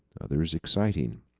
others exciting.